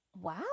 wow